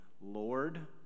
Lord